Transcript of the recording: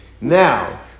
Now